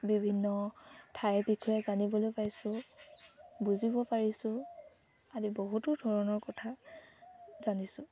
বিভিন্ন ঠাইৰ বিষয়ে জানিবলৈ পাইছোঁ বুজিব পাৰিছোঁ আদি বহুতো ধৰণৰ কথা জানিছোঁ